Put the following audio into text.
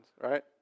right